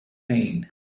pain